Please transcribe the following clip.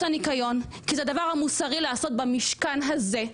הניקיון כי זה הדבר המוסרי לעשות במשכן הזה.